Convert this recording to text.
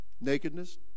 nakedness